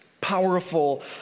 powerful